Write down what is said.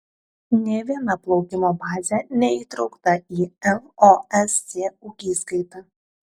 nė viena plaukimo bazė neįtraukta į losc ūkiskaitą